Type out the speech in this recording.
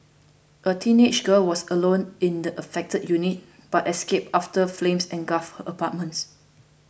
a teenage girl was alone in the affected unit but escaped after flames engulfed her apartments